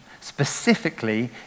specifically